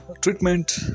treatment